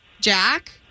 Jack